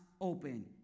open